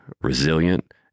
resilient